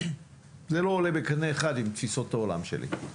זה לא עולה בקנה אחד עם תפיסות העולם שלי.